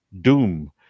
doom